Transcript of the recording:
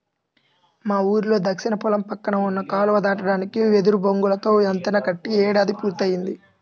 మా ఊరిలో దక్షిణ పొలం పక్కన ఉన్న కాలువ దాటడానికి వెదురు బొంగులతో వంతెన కట్టి ఏడాది పూర్తయ్యింది